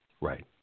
Right